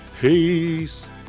Peace